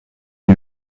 lui